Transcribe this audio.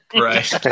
right